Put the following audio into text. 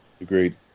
Agreed